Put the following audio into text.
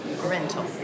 rental